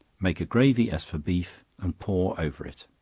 make gravy as for beef, and pour over it.